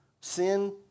Sin